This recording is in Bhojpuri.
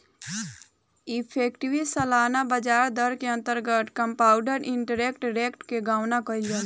इफेक्टिव सालाना ब्याज दर के अंतर्गत कंपाउंड इंटरेस्ट रेट के गणना कईल जाला